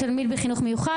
הוא תלמיד בחינוך מיוחד,